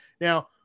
Now